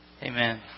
Amen